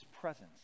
presence